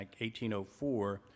1804